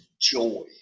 joy